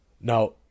now